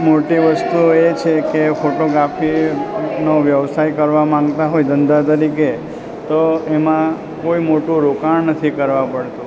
મોટી વસ્તુ એછે કે ફોટોગ્રાફીનો વ્યવસાય કરવા માંગતા હોય ધંધા તરીકે તો એમાં કોઈ મોટું રોકાણ નથી કરવા પડતું